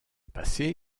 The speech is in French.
passé